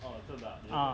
ah